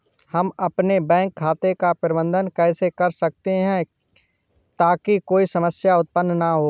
हम अपने बैंक खाते का प्रबंधन कैसे कर सकते हैं ताकि कोई समस्या उत्पन्न न हो?